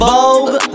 Vogue